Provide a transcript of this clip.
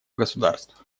государств